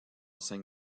cinq